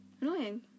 annoying